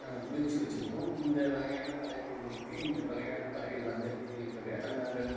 நாங்கள் குறிச்சு வச்சுருப்போம் இந்த வகையான பறவைகள் இருக்குது இந்த வகையான பறவைகள் வந்திருக்கு இப்போ வேடந்தாங்கல்